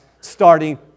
starting